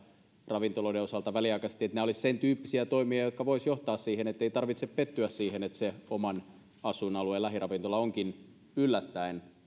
ravintoloiden osalta väliaikaisesti nämä olisivat sen tyyppisiä toimia jotka voisivat johtaa siihen ettei tarvitse pettyä siihen että sen oman asuinalueen lähiravintolan ovi onkin yllättäen